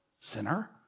sinner